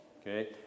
okay